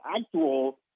actual